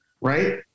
right